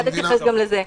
כן, אני מיד אתייחס גם לזה.